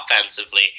offensively